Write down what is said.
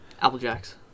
Applejack's